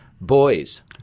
Boys